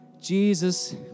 Jesus